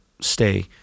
stay